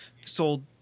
sold